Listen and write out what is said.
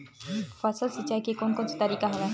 फसल सिंचाई के कोन कोन से तरीका हवय?